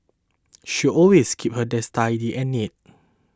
she always keeps her desk tidy and neat